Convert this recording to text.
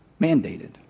mandated